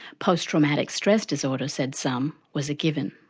post-traumatic stress disorder, said some, was a given.